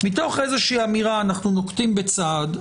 מתוך איזושהי אמירה אנחנו נוקטים בצעד,